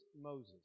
Moses